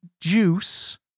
juice